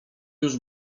już